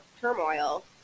turmoil